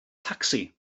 tacsi